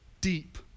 deep